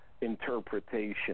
interpretation